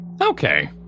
Okay